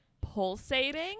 pulsating